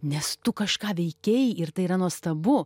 nes tu kažką veikei ir tai yra nuostabu